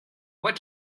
what